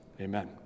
Amen